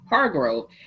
Hargrove